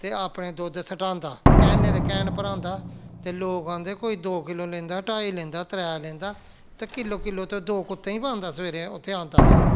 ते अपने दुद्ध सटांह्दा कैनें दे कैन भरांदा ते लोक औंदे कोई दो किलो लेंदा ढाई लेंदा त्रै लेंदा ते किलो किलो ते ओह् दो कुत्तें गी पांदा सबेरे उत्थै औंदा ते